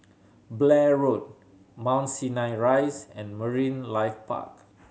Blair Road Mount Sinai Rise and Marine Life Park